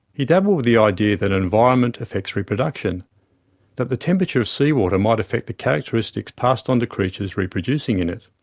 he dabbled with the idea that environment affects reproduction that the temperature of sea water might affect the characteristics passed on to creatures reproducing in it.